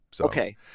okay